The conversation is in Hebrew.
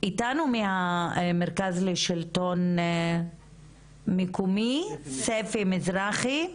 איתנו מהמרכז לשלטון המקומי ספי מזרחי,